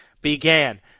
began